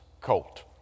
colt